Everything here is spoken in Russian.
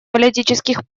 политических